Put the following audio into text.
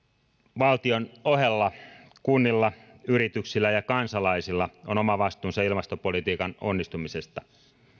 valtion ohella kunnilla yrityksillä ja kansalaisilla on oma vastuunsa ilmastopolitiikan onnistumisesta